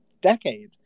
decade